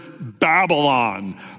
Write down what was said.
Babylon